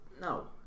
no